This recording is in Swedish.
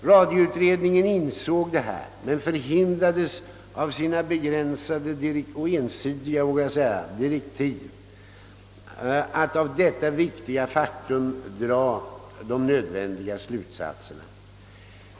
Radioutredningen insåg den saken men förhindrades av sina begränsade och jag vågar även påstå ensidiga direktiv att av detta viktiga faktum dra de nödvändiga slutsatserna.